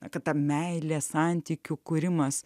nuostata meilės santykių kūrimas